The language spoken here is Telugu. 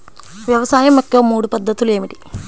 వ్యవసాయం యొక్క మూడు పద్ధతులు ఏమిటి?